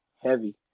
heavy